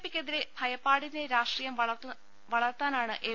പിക്കെതിരെ ഭയപ്പാടിന്റെ രാഷ്ട്രീയം വളർത്താനാണ് എൽ